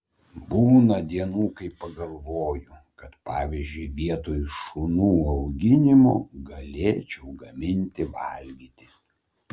būna dienų kai pagalvoju kad pavyzdžiui vietoj šunų auginimo galėčiau gaminti valgyti